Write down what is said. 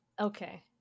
Okay